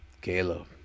Caleb